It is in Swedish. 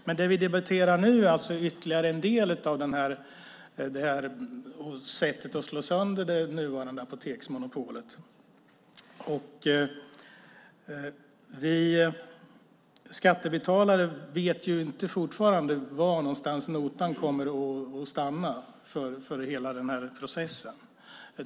Men det vi debatterar nu är alltså ytterligare en del av det här sättet att slå sönder det nuvarande apoteksmonopolet. Vi skattebetalare vet fortfarande inte var notan kommer att stanna för hela den här processen.